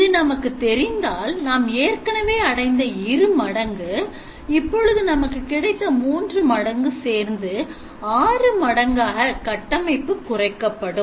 இது நமக்கு தெரிந்தால் நாம் ஏற்கனவே அடைந்த இரு மடங்கு இப்பொழுது நமக்கு கிடைத்த மூன்று மடங்கு சேர்த்து ஆறு மடங்காக கட்டமைப்பு குறைக்கப்படும்